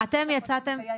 זה יוצא מתוך הוועדה.